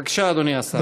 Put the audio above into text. בבקשה, אדוני השר.